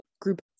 group